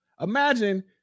Imagine